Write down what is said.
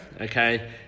okay